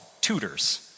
tutors